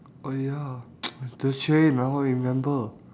oh ya the train now I remember